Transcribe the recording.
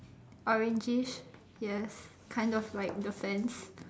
orangey yes kind of like the fence